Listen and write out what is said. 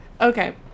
Okay